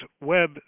web